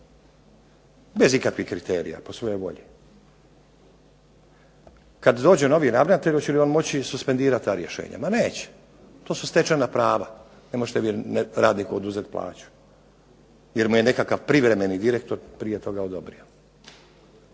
bez ikakvih kriterija, po svojoj volji. Kad dođe novi ravnatelj, hoće li on moći suspendirati ta rješenja? Ma neće, to su stečajna prava. Ne možete vi radniku oduzeti plaću jer mu je nekakav privremeni direktor prije toga odobrio.